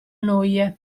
noie